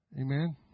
Amen